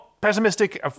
Pessimistic